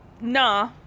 nah